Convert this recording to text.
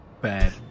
Bad